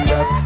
up